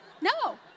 No